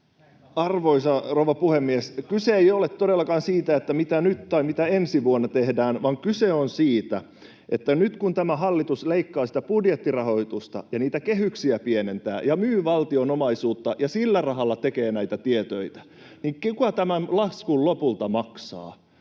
Arvoisa rouva puhemies! Kyse ei ole todellakaan siitä, mitä nyt tai mitä ensi vuonna tehdään, vaan kyse on siitä, että nyt kun tämä hallitus leikkaa sitä budjettirahoitusta ja niitä kehyksiä pienentää ja myy valtion omaisuutta ja sillä rahalla tekee näitä tietöitä, niin kuka tämän laskun lopulta maksaa.